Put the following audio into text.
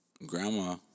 Grandma